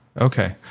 Okay